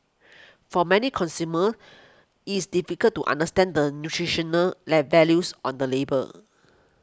for many consumers it's difficult to understand the nutritional let values on the label